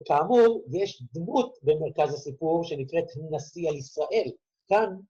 כאמור, יש דמות במרכז הסיפור שנקראת נשיא הישראל, כאן.